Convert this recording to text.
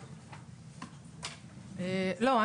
לא.